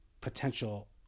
potential